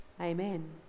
Amen